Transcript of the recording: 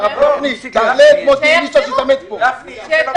תעלה את מוטי אלישע ותתעמת אתו